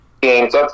games